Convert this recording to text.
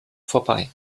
vorbei